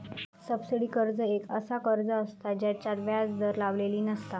subsidy कर्ज एक असा कर्ज असता जेच्यात व्याज दर लावलेली नसता